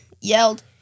yelled